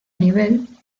nivel